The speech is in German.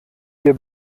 dir